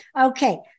okay